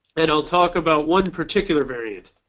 and i'll talk about one particular variant,